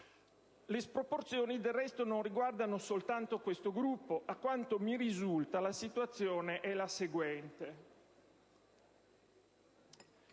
Le sproporzioni, del resto, non riguardano soltanto questo Gruppo. A quanto mi risulta, la situazione è la seguente: